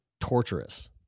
torturous